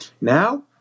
Now